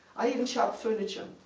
i even shopped furniture,